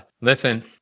listen